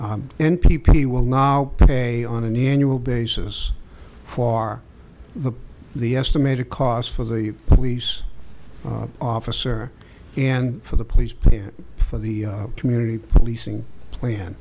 p will now pay on an annual basis far the the estimated cost for the police officer and for the police plan for the community policing plan